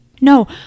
No